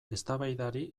eztabaidari